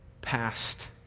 past